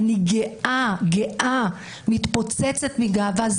אני גאה, גאה, מתפוצצת מגאווה.